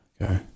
Okay